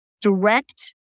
direct